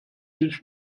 nicht